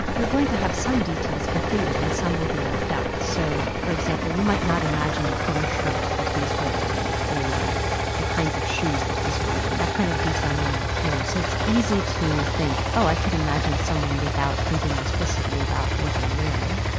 you're going to have some details completed and some will be left out. so for example, you might not imagine the color shirt that he's wearing or the kinds of shoes that he's wearing. that kind of detail may not appear. so it's easy to think, oh, i could imagine someone without thinking explicitly about what they're wearing.